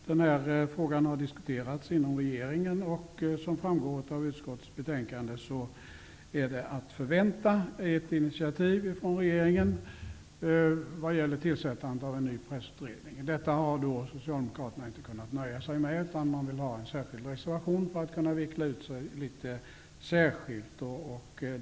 Den frågan har diskuterats inom regeringen, och som framgår av utskottets betänkande är det att förvänta ett initiativ från regeringen vad gäller tillsättandet av en ny pressutredning. Detta har Socialdemokraterna inte kunnat nöja sig med, utan de har reserverat sig för att kunna veckla ut sig särskilt.